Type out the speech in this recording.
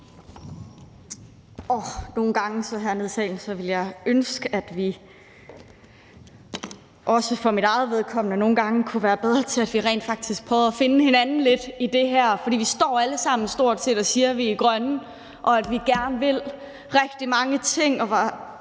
salen ville jeg ønske at vi – også for mit eget vedkommende – kunne være bedre til rent faktisk at prøve at finde hinanden lidt i det her, for vi står stort set alle sammen og siger, at vi er grønne, og at vi gerne vil rigtig mange ting.